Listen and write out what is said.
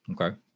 Okay